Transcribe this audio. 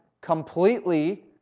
completely